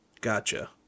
Gotcha